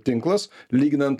tinklas lyginant